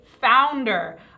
founder